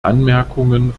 anmerkungen